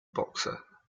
boxer